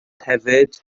hefyd